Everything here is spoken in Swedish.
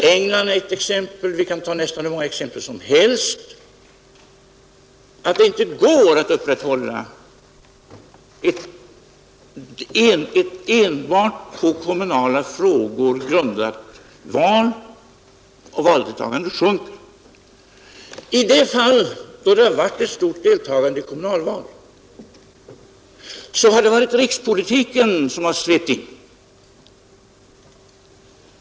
England är ett exempel. Vi kan ta nästan hur många exempel som helst på att det inte går att upprätthålla ett enbart på kommunala frågor grundat val utan att valdeltagandet sjunker. I de fall då det förekommit ett stort deltagande i kommunalval har det varit rikspolitiken som svept in.